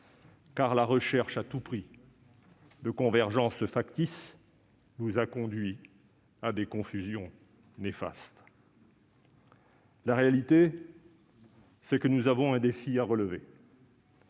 la recherche à tout prix de convergences factices nous a conduits à des confusions néfastes. La réalité est que nous avons un défi à relever